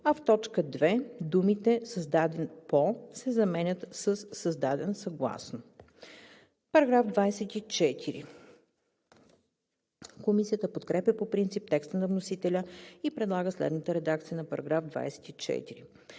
а в т. 2 думите „създаден по“ се заменят със „създаден съгласно“. Комисията подкрепя по принцип текста на вносителя и предлага следната редакция на § 24: „§ 24.